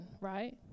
right